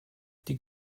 die